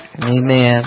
Amen